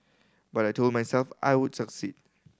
but I told myself I would succeed